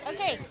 Okay